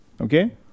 okay